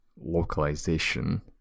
localization